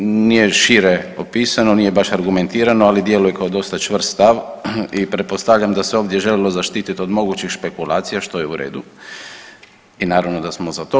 Nije šire opisano, nije baš argumentirano, ali djeluje kao dosta čvrst stav i pretpostavljam da se ovdje želilo zaštiti od mogućih špekulacija što je u redu i naravno da smo za to.